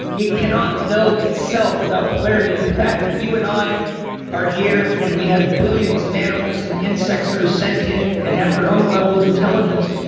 it cannot know itself without polarity. the fact that you and i are here and we have billions of animals and insects that are sent in and have their own level of intelligence,